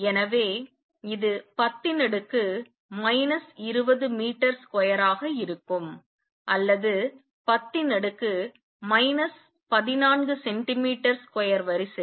எனவே இது 10 20 metre square ஆக இருக்கும் அல்லது 10 14 சென்டிமீட்டர் ஸ்கொயர் வரிசையில்